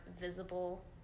visible